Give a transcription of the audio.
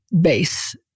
base